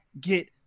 get